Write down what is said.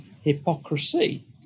hypocrisy